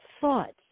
thoughts